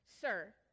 Sir